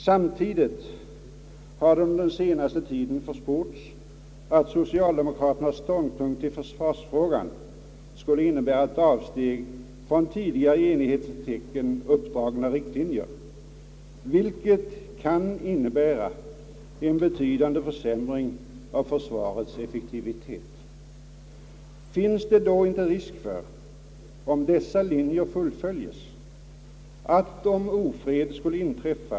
Samtidigt har det under den senaste tiden försports att socialdemokraternas ståndpunkt i försvarsfrågan skulle innebära ett avsteg från tidigare i enighetens tecken uppdragna riktlinjer, vilket skulle kunna innebära en betydande försämring av försvarets effektivitet. Finns det då inte, om dessa linjer fullföljes, risk för att det blev svårt för vårt land att upprätthålla sin neutralitet om ofred skulle inträffa?